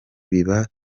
biba